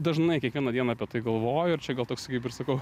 dažnai kiekvieną dieną apie tai galvoju ir čia gal toks kaip ir sakau